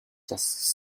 just